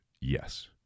Yes